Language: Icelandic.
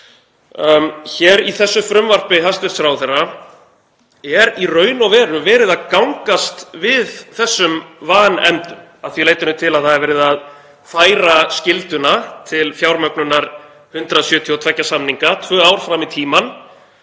lögum. Í þessu frumvarpi hæstv. ráðherra er í raun og veru verið að gangast við þessum vanefndum að því leytinu til að verið er að færa skylduna til fjármögnunar 172 samninga tvö ár fram í tímann